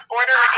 order